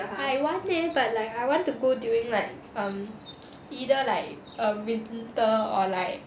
I want leh but like I want to go during like um either like err winter or like